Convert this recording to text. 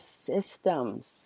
systems